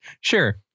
Sure